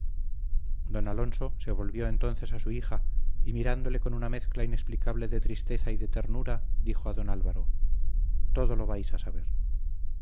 don alonso se volvió entonces a su hija y mirándole con una mezcla inexplicable de tristeza y de ternura dijo a don álvaro todo lo vais a saber